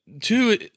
two